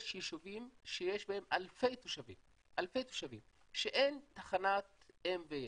יש יישובים שיש בהם אלפי תושבים שאין תחנת אם וילד,